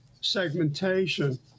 segmentation